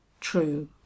True